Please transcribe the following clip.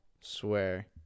Swear